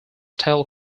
tell